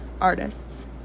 artists